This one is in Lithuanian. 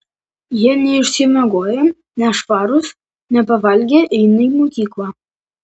jie neišsimiegoję nešvarūs nepavalgę eina į mokyklą